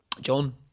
John